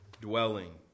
dwelling